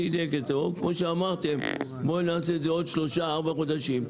או כמו שאמרתם בוא נעשה את זה בעוד 3-4 חודשים,